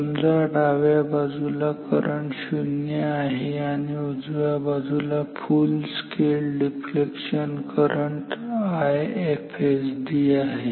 समजा डाव्या बाजूला करंट 0 आहे आणि उजव्या बाजूला full scale deflection current IFSD आहे